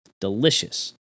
delicious